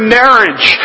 marriage